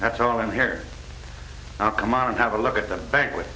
that's all i'm here come on and have a look at the bank with